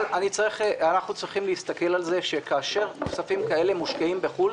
אבל אנחנו צריכים להסתכל על כך שכאשר כספים כאלה מושקעים בחו"ל,